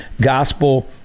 gospel